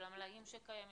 של המלאים שקיימים,